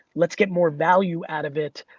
let's get more value out of it,